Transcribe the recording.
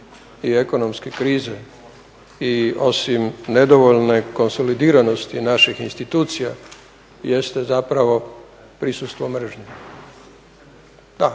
i ekonomske krize i osim nedovoljne konsolidiranosti naših institucija jeste zapravo prisustvo mržnje. Da,